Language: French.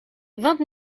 vingt